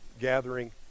gathering